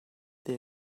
they